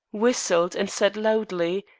whistled, and said loudly,